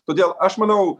todėl aš manau